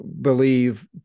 believe